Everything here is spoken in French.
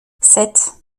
sept